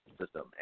system